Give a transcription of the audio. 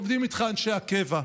עובדים איתך אנשי הקבע.